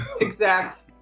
exact